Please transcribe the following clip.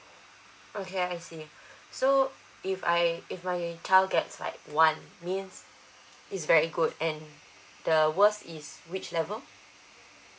okay I see so if I if my uh child gets like one means it's very good and the worst is which level